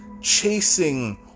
chasing